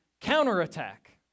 counterattack